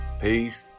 Peace